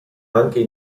anche